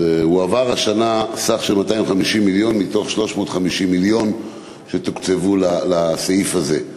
הועבר השנה סך של 250 מיליון מתוך 350 מיליון שתוקצבו לסעיף הזה.